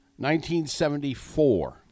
1974